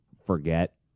forget